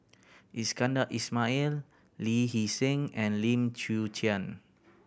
Iskandar Ismail Lee Hee Seng and Lim Chwee Chian